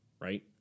right